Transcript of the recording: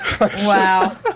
Wow